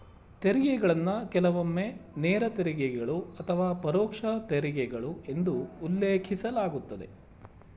ತೆರಿಗೆಗಳನ್ನ ಕೆಲವೊಮ್ಮೆ ನೇರ ತೆರಿಗೆಗಳು ಅಥವಾ ಪರೋಕ್ಷ ತೆರಿಗೆಗಳು ಎಂದು ಉಲ್ಲೇಖಿಸಲಾಗುತ್ತದೆ